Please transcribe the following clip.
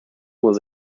was